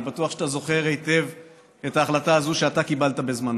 אני בטוח שאתה זוכר היטב את ההחלטה הזו שאתה קיבלת בזמנו.